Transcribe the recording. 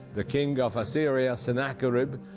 the king of assyria, sennacherib,